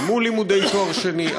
סיימו לימודי תואר שני,